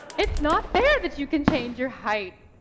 it's not fair that you can change your height,